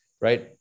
right